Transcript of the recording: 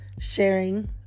sharing